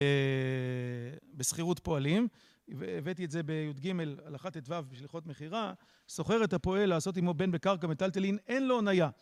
בשכירות פועלים, והבאתי את זה בי"ג הלכה ט"ו בשליחות מכירה סוחר את הפועל לעשות עמו בן קרקע מטלטלין, אין לו אוניה